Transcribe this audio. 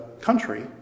country